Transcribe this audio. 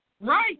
Right